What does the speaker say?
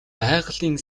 байгалийн